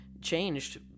changed